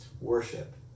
worship